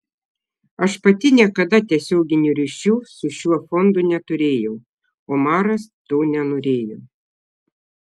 aš pati niekada tiesioginių ryšių su šiuo fondu neturėjau omaras to nenorėjo